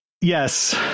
Yes